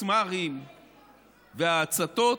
הפצמ"רים וההצתות,